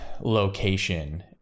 location